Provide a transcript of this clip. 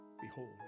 Behold